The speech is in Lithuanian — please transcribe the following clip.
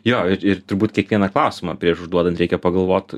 jo ir ir turbūt kiekvieną klausimą prieš duodant reikia pagalvot